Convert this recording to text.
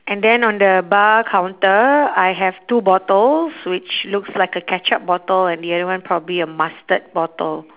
and then on the bar counter I have two bottles which looks like a ketchup bottle and the other one probably a mustard bottle